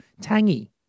tangy